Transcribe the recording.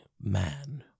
man